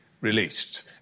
released